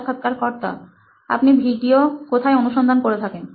সাক্ষাৎকারকর্তা আপনি ভিডিও কোথায় অনুসন্ধান করে থাকেন